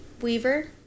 Weaver